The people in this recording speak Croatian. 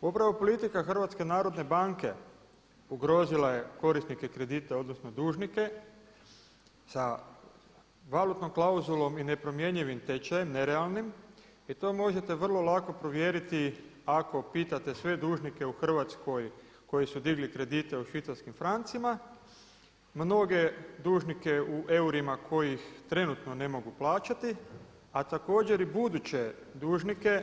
Govornik se ne razumije./ … politika HNB-a ugrozila je korisnike kredita odnosno dužnike sa valutnom klauzulom i nepromjenjivim tečajem, nerealnim i to možete vrlo lako provjeriti ako pitate sve dužnike u Hrvatskoj koji su digli kredite u švicarskim francima, mnoge dužnike u eurima koji ih trenutno ne mogu plaćati, a također i buduće dužnike